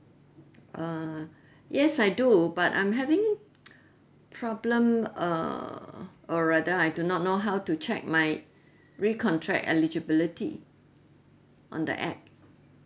uh yes I do but I'm having problem err or rather I do not know how to check my recontract eligibility on the app